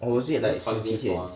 honestly